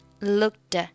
looked